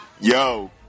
Yo